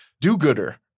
do-gooder